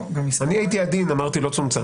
נכון, הייתי עדין ואמרתי לא צומצם.